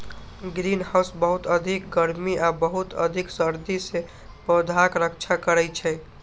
greenhouse बहुत अधिक गर्मी आ बहुत अधिक सर्दी सं पौधाक रक्षा करै छै